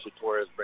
Torres